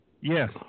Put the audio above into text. Yes